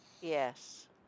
Yes